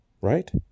Right